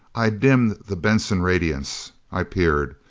i dimmed the benson radiance. i peered.